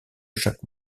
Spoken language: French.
chaque